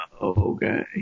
okay